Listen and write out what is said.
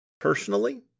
Personally